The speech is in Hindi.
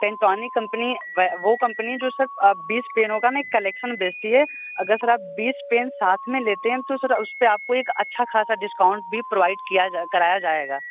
पेन्टोनीक कंपनी व वो कंपनी है सर जो बीस पेनों का न एक कलेक्शन बेचती है अगर सर आप बीस पेन साथ में लेते है तो सर उसपे आपको एक अच्छा खासा डिस्काउंट भी प्रोवाइड किया कराया जाएगा